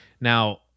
Now